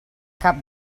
cap